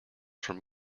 from